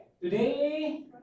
today